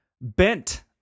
bent